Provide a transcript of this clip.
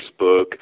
Facebook